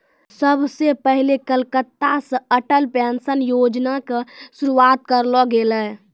सभ से पहिले कलकत्ता से अटल पेंशन योजना के शुरुआत करलो गेलै